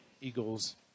Eagles